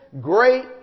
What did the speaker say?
great